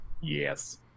yes